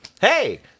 Hey